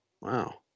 Wow